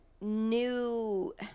new